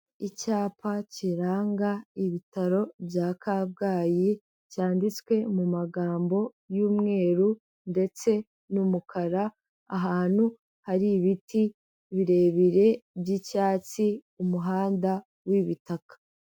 Icyapa kiranga ibitaro bya Kabgayi cyanditswe mu magambo y'umweru ndetse n'umukara, ahantu hari ibiti birebire by'icyatsi umuhanda w'ibitaka.